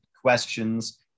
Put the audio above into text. questions